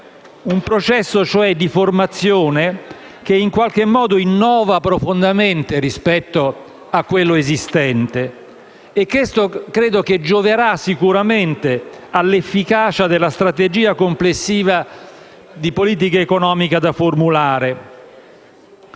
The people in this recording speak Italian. un processo di formazione, cioè, che innova profondamente rispetto all'esistente e che gioverà sicuramente all'efficacia della strategia complessiva di politica economica da formulare.